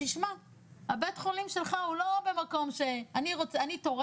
תשמע הבית חולים שלך הוא לא במקום שאני תורם,